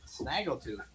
Snaggletooth